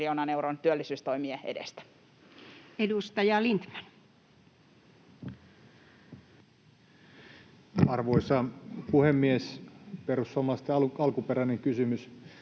miljoonan euron työllisyystoimien edestä. Edustaja Lindtman. Arvoisa puhemies! Perussuomalaisten alkuperäinen kysymys